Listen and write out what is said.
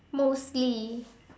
mostly